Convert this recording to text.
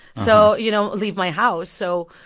so, you know leave my house. so,